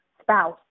spouse